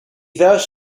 thus